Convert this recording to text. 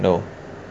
no